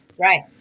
Right